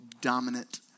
dominant